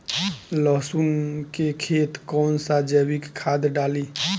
लहसुन के खेत कौन सा जैविक खाद डाली?